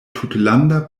tutlanda